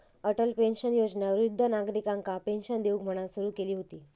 Atal pension Yojana वृद्ध नागरिकांका pension देऊक म्हणान सुरू केली हुती